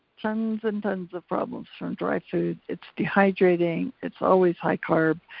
tons and tons of problems from dry food. it's dehydrating, it's always high carb.